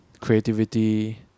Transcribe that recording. creativity